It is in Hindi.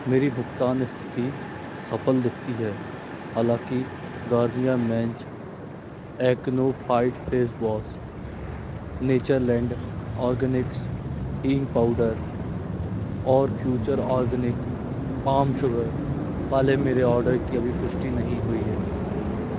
मेरी भुगतान स्थिति सफल दिखती है हालाँकि Garnier men's acno fight face wash Natureland organics हींग पाउडर और फ्यूचर ऑर्गेनिक पाम शुगर वाले मेरे ऑर्डर की अभी पुष्टि नहीं हुई है